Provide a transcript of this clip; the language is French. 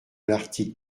l’article